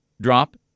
drop